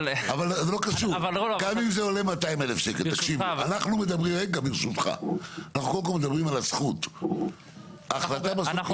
אבל אנחנו קודם כול מדברים על הזכות להתקין.